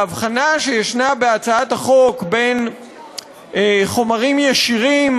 ההבחנה שיש בהצעת החוק בין חומרים ישירים